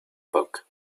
book